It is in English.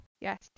Yes